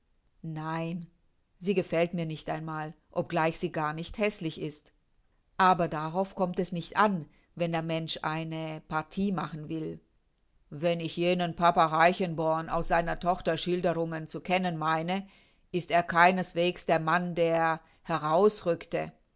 nein sie gefällt mir nicht einmal obgleich sie gar nicht häßlich ist aber darauf kommt es nicht an wenn der mensch eine partie machen will wenn ich jenen papa reichenborn aus seiner tochter schilderungen zu kennen meine ist er keinesweges der mann der herausrückte